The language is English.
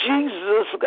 Jesus